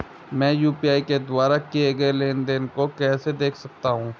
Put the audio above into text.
मैं यू.पी.आई के द्वारा किए गए लेनदेन को कैसे देख सकता हूं?